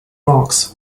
rocks